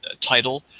title